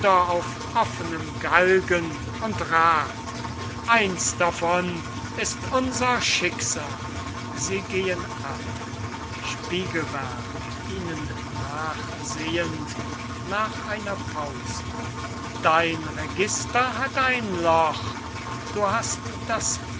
auf offenem galgen und rad eins davon ist unser schicksal sie gehen ab spiegelberg ihnen nachsehend nach einer pause dein register hat ein loch du hast das